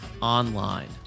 online